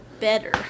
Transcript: better